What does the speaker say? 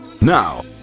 Now